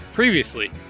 Previously